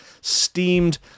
steamed